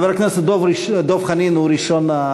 חבר הכנסת דב חנין, בבקשה.